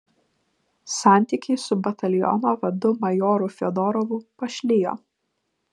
santykiai su bataliono vadu majoru fiodorovu pašlijo